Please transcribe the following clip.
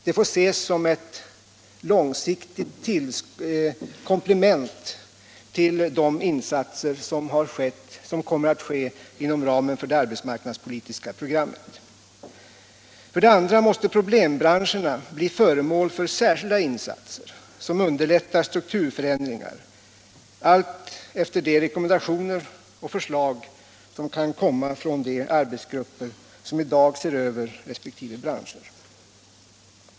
Det får ses som ett långsiktigt Allmänpolitisk debatt Allmänpolitisk debatt komplement till de insatser som kommer att ske inom ramen för det arbetsmarknadspolitiska programmet. För det andra måste problembranscherna kunna bli föremål för särskilda insatser som underlättar strukturförändringar, allt enligt de rekommendationer och förslag som kan komma från de arbetsgrupper vilka i dag ser över resp. branscher.